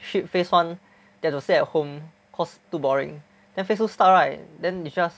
shit faced one they have to stay at home cause too boring then phase two start right then it just